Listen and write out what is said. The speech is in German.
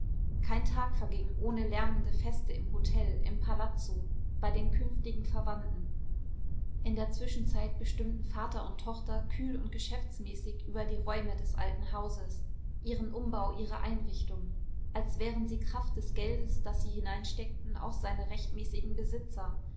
kein tag verging ohne lärmende feste im hotel im palazzo bei den künftigen verwandten in der zwischenzeit bestimmten vater und tochter kühl und geschäftsmäßig über die räume des alten hauses ihren umbau ihre einrichtung als wären sie kraft des geldes das sie hineinsteckten auch seine rechtmäßigen besitzer